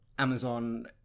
Amazon